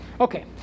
Okay